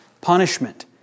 punishment